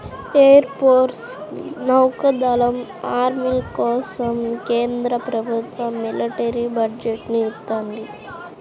air force, నౌకా దళం, ఆర్మీల కోసం కేంద్ర ప్రభుత్వం మిలిటరీ బడ్జెట్ ని ఇత్తంది